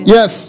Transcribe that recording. Yes